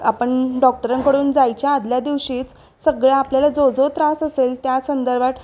आपण डॉक्टरांकडून जायच्या आदल्या दिवशीच सगळं आपल्याला जो जो त्रास असेल त्या संदर्भात